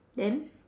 then